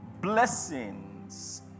blessings